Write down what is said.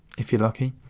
if you're lucky.